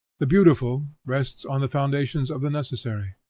the beautiful rests on the foundations of the necessary.